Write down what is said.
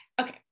okay